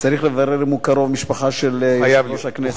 צריך לברר אם הוא קרוב משפחה של יושב-ראש הכנסת.